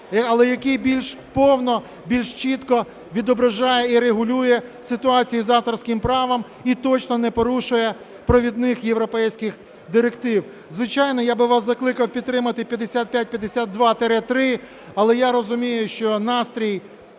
але який більш повно, більш чітко відображає і регулює ситуації з авторським правом і точно не порушує провідних європейських директив. Звичайно, я би вас закликав підтримати 5552-3, але я розумію, що настрій